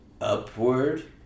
upward